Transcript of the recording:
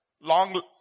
Long